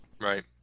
right